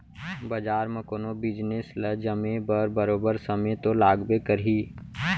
बजार म कोनो बिजनेस ल जमे बर बरोबर समे तो लागबे करही